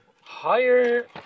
Higher